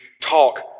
talk